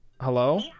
hello